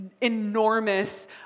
enormous